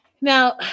Now